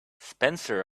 spencer